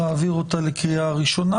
ולהעביר אותה לקריאה ראשונה.